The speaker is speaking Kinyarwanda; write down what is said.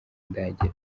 ndagira